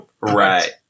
right